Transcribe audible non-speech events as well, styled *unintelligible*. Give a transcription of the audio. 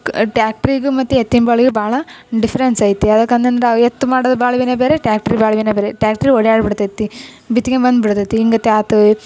ಟ್ರ್ಯಾಕ್ಟ್ರಿಗು ಮತ್ತೆ ಎತ್ತಿನ *unintelligible* ಭಾಳ ಡಿಫರೆನ್ಸ್ ಐತೆ ಅದಕ್ಕೆ ಅನ್ಯಂದ್ರೆ ಎತ್ತು ಮಾಡೊ ಬಾಳವಿನೆ ಬೇರೆ ಟ್ರ್ಯಾಕ್ಟ್ರ್ ಬಾಳವಿನೆ ಬೇರೆ ಟ್ಯಾಟ್ರ್ ಓಡ್ಯಾಡಿ ಬಿಡ್ತೈತೆ ಬಿತ್ಕೆಂಬಂದು ಬಿಡ್ತೈತೆ ಹಿಂಗೆ ಟ್ಯಾಕ್ಟ್ರಿ